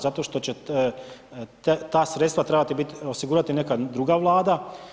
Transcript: Zato što će ta sredstva trebati biti, osigurati neka druga Vlada.